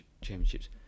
Championships